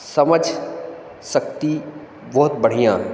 समझ शक्ति बहुत बढ़िया